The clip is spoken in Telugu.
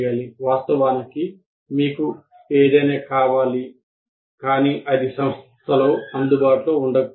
వాస్తవానికి మీకు ఏదైనా కావాలి కానీ అది సంస్థలో అందుబాటులో ఉండకపోవచ్చు